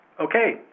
Okay